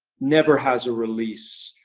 never has a release,